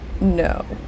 no